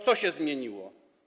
Co się zmieniło?